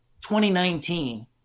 2019